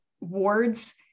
wards